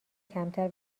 کمتر